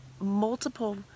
multiple